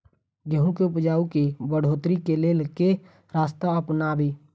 गेंहूँ केँ उपजाउ केँ बढ़ोतरी केँ लेल केँ रास्ता अपनाबी?